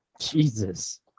Jesus